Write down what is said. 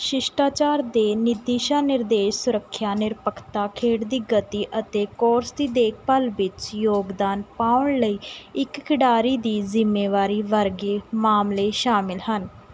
ਸ਼ਿਸ਼ਟਾਚਾਰ ਦੇ ਨਿਰਦਿਸ਼ਾ ਨਿਰਦੇਸ਼ ਸੁਰੱਖਿਆ ਨਿਰਪੱਖਤਾ ਖੇਡ ਦੀ ਗਤੀ ਅਤੇ ਕੋਰਸ ਦੀ ਦੇਖਭਾਲ ਵਿੱਚ ਯੋਗਦਾਨ ਪਾਉਣ ਲਈ ਇੱਕ ਖਿਡਾਰੀ ਦੀ ਜ਼ਿੰਮੇਵਾਰੀ ਵਰਗੇ ਮਾਮਲੇ ਸ਼ਾਮਲ ਹਨ